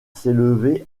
s’élevait